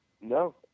No